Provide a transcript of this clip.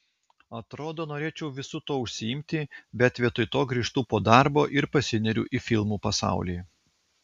atrodo norėčiau visu tuo užsiimti bet vietoj to grįžtu po darbo ir pasineriu į filmų pasaulį